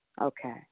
Okay